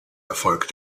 erfolg